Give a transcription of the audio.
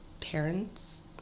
parents